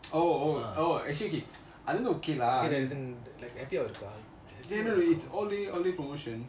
oh oh oh actually okay lah அது வந்து:athu vanthu okay lah it's all the way promotion